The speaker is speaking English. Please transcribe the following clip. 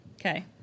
Okay